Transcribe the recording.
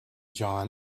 john